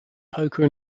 poker